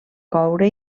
coure